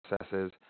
processes